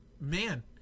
man